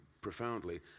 profoundly